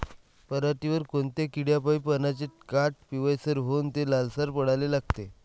पऱ्हाटीवर कोनत्या किड्यापाई पानाचे काठं पिवळसर होऊन ते लालसर पडाले लागते?